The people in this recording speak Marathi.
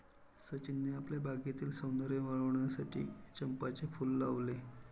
सचिनने आपल्या बागेतील सौंदर्य वाढविण्यासाठी चंपाचे फूल लावले